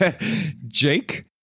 Jake